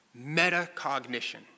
metacognition